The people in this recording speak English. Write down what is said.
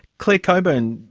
clare coburn,